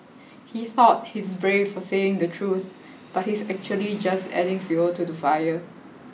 he thought he's brave for saying the truth but he's actually just adding fuel to the fire